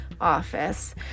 office